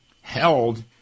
held